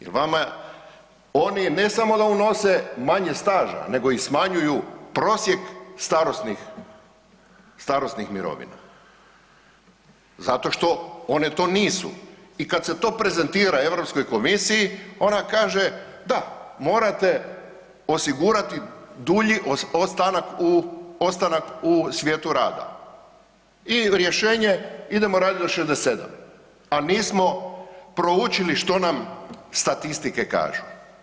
Oni ne samo da unose manje staža nego i smanjuju prosjek starosnih, starosnih mirovina zato što one to nisu i kad se to prezentira Europskoj komisiji ona kaže da, morate osigurati dulji ostanak u, ostanak u svijetu rada i rješenje idemo radit do 67, a nismo proučili što nam statistike kažu.